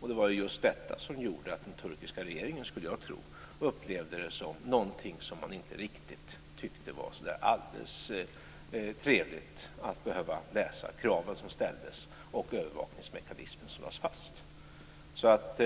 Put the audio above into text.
Det var ju just detta som gjorde, skulle jag tro, att den turkiska regeringen upplevde det som någonting som man inte riktigt tyckte var så där alldeles trevligt att behöva läsa - kraven som ställdes och övervakningsmekanismen som lades fast.